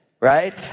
right